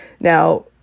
Now